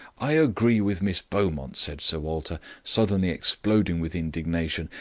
i agree with miss beaumont, said sir walter, suddenly exploding with indignation.